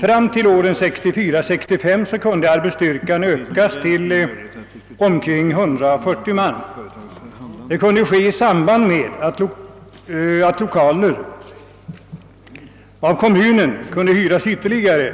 Fram till åren 1964—1965 kunde arbetsstyrkan ökas till omkring 140 man. Det kunde ske i samband med att ytterligare